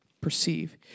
perceive